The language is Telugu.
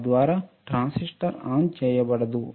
తద్వారా ట్రాన్సిస్టర్ ఆన్ చేయబడదు